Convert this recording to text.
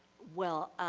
well,